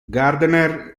gardner